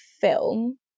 film